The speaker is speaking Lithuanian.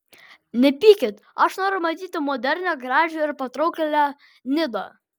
nepykit aš noriu matyti modernią gražią ir patrauklią nidą